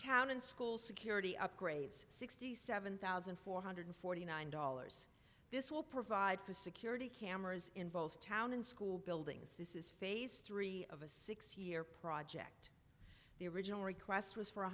town and school security upgrades sixty seven thousand four hundred forty nine dollars this will provide for security cameras in both town and school buildings this is phase three of a six year project the original request was for